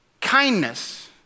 Kindness